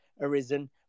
arisen